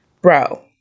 bro